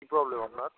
কী problem আপনার